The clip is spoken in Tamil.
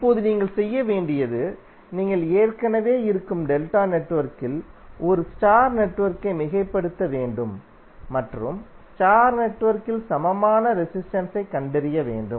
இப்போது நீங்கள் செய்ய வேண்டியது நீங்கள் ஏற்கனவே இருக்கும் டெல்டா நெட்வொர்க்கில் ஒரு ஸ்டார் நெட்வொர்க்கை மிகைப்படுத்த வேண்டும் மற்றும் ஸ்டார் நெட்வொர்க்கில் சமமான ரெசிஸ்டென்ஸை கண்டறிய வேண்டும்